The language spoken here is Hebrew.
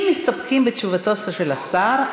אם מסתפקים בתשובתו של השר,